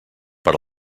per